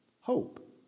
Hope